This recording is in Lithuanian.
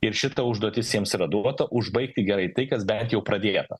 ir šita užduotis jiems yra duota užbaigti gerai tai kas bent jau pradėta